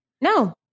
No